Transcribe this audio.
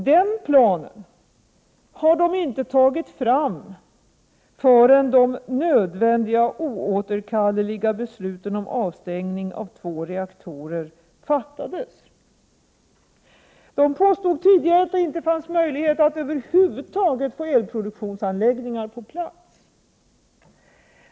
Den planen togs inte fram förrän de nödvändiga oåterkalleliga besluten om avstängning av två reaktorer hade fattats. Man påstod tidigare att det inte fanns möjligheter att över huvud taget få elproduktionsanläggningar på plats.